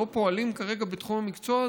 לא פועלים כרגע בתחום המקצוע,